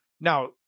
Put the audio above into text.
now